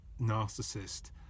narcissist